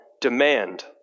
demand